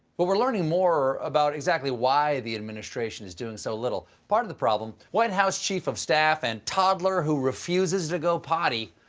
but we're learning more about exactly why the administration is doing so little. part of the problem white house chief of staff and toddler who refuses to go potty,